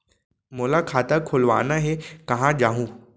मोला खाता खोलवाना हे, कहाँ जाहूँ?